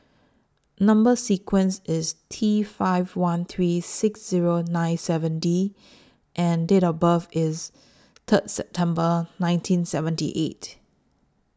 Number sequence IS T five one three six Zero nine seven D and Date of birth IS Third September nineteen seventy eight